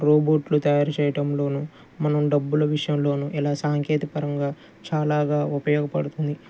రోబోట్లు తయారు చేయటంలోను మనం డబ్బుల విషయంలోను ఇలా సాంకేతికపరంగా చాలాగా ఉపయోగపడుతుంది